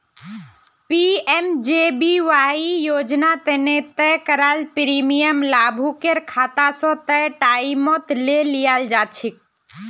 PMJBY योजना तने तय कराल प्रीमियम लाभुकेर खाता स तय टाइमत ले लियाल जाछेक